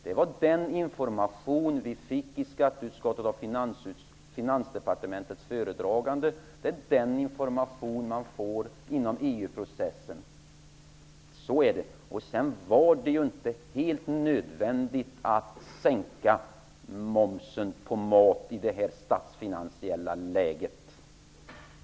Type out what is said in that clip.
Det var den information vi i skatteutskottet fick av Finansdepartementets föredragande. Det är den information man får inom EU processen. Så är det. Sedan var det ju inte helt nödvändigt att sänka momsen på mat i nuvarande statsfinansiella läge.